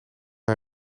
hij